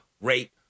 rate